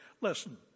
Listen